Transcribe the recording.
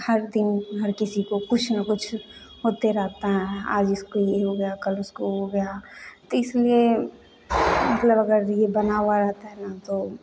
हर दिन हर किसी को कुछ न कुछ होते रहता है आज इसको यह हो गया कल उसको हो गया तो इसलिए मतलब अगर यह बना हुआ रहता है ना तो